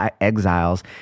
exiles